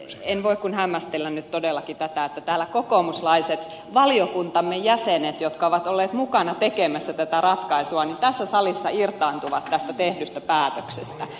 en voi nyt kuin todellakin hämmästellä tätä että täällä kokoomuslaiset valiokuntamme jäsenet jotka ovat olleet mukana tekemässä tätä ratkaisua tässä salissa irtaantuvat tästä tehdystä päätöksestä